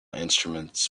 instruments